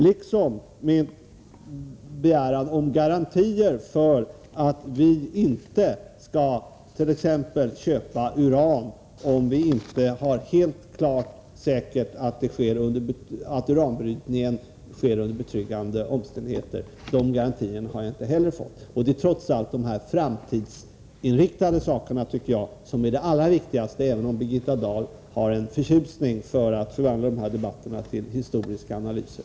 Jag frågade om sådana garantier för att vi inte skall t.ex. köpa uran om det inte är helt säkert att uranbrytningen sker under betryggande omständigheter. Några sådana garantier har jag inte heller fått. Jag tycker att det trots allt är de här framtidsinriktade sakerna som är de allra viktigaste, även om Birgitta Dahl har en förkärlek för att vilja förvandla de här debatterna till historiska analyser.